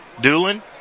Doolin